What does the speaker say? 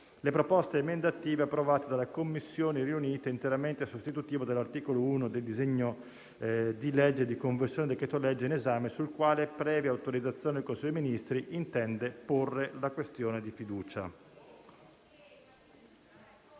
le proposte emendative approvate dalle Commissioni riunite, interamente sostitutivo dell'articolo 1 del disegno di legge di conversione del decreto-legge in esame, sul quale, previa autorizzazione del Consiglio dei ministri, intende porre la questione di fiducia.